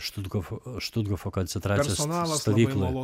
štutgofo štuthofo koncentracijos stovykloj